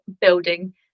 building